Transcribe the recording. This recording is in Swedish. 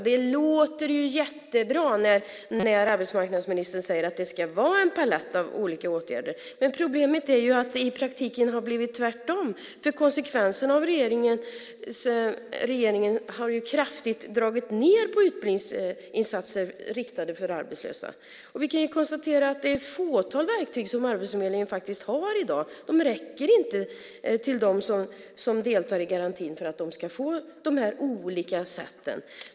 Det låter jättebra när arbetsmarknadsministern säger att det ska vara en palett av olika åtgärder. Men problemet är att det i praktiken har blivit tvärtom. Regeringen har kraftigt dragit ned på utbildningsinsatser riktade till arbetslösa. Det är ett fåtal verktyg Arbetsförmedlingen har i dag. De räcker inte till dem som deltar i garantin för att de ska få de olika sätten.